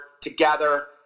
together